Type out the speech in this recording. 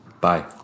Bye